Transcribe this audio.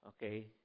Okay